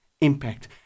impact